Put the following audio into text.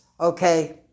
Okay